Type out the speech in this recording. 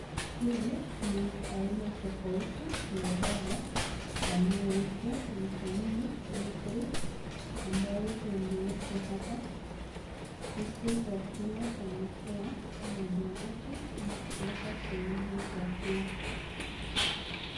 Hizi ni aina tofauti ya dawa yanayoitwa vitamini B3 ambayo yamewekwa hapa huku wakiwa wametoa mojamoja na kuwekwa kwenye meza huo.